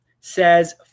says